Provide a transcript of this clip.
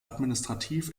administrativ